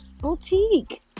boutique